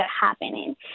happening